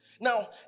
now